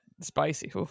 spicy